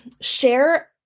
share